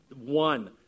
one